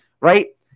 right